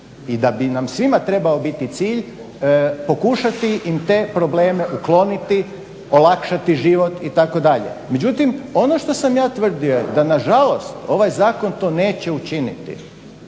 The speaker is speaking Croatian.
i da bi nam svima trebao biti cilj pokušati im te probleme ukloniti, olakšati život, itd. Međutim ono što sam ja tvrdio da nažalost ovaj zakon to neće učiniti,